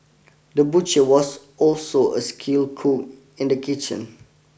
the butcher was also a skill cook in the kitchen